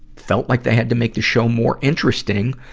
felt like they had to make the show more interesting,